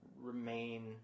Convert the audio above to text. remain